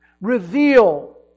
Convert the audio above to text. Reveal